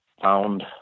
found